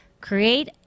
Create